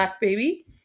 baby